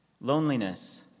loneliness